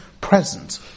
present